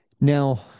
Now